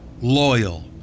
loyal